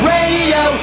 Radio